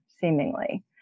seemingly